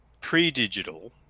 pre-digital